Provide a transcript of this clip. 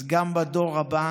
אז גם בדור הבא